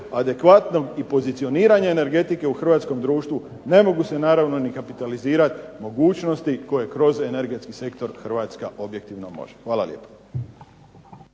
adekvatnog i pozicioniranje u hrvatskom društvu ne mogu se naravno ni kapitalizirati ni mogućnosti koje kroz energetski sektor Hrvatska objektivno može. Hvala lijepo.